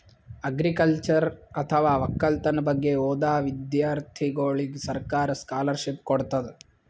agriculture ಅಥವಾ ವಕ್ಕಲತನ್ ಬಗ್ಗೆ ಓದಾ ವಿಧ್ಯರ್ಥಿಗೋಳಿಗ್ ಸರ್ಕಾರ್ ಸ್ಕಾಲರ್ಷಿಪ್ ಕೊಡ್ತದ್